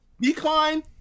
decline